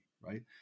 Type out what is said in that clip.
right